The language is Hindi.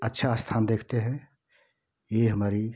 अच्छा स्थान देखते हैं ये हमारी